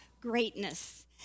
greatness